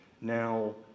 Now